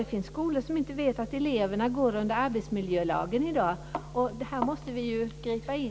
Det finns skolor där man inte vet att eleverna lyder under arbetsmiljölagen i dag. Här måste vi gripa in.